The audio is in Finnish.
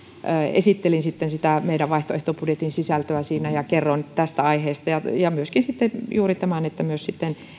esittelin meidän vaihtoehtobudjettimme sisältöä siinä ja kerroin tästä aiheesta ja ja myöskin juuri tämän että myös